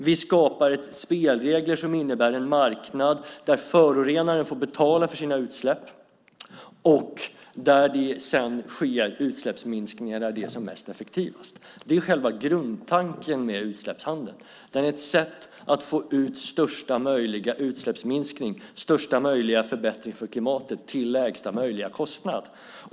Vi skapar spelregler som innebär en marknad där förorenaren får betala för sina utsläpp och där det sedan sker utsläppsminskningar där de är som mest effektiva. Det är själva grundtanken med utsläppshandeln. Det är ett sätt att få ut största möjliga utsläppsminskning, största möjliga förbättring för klimatet till lägsta möjliga kostnad.